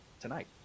tonight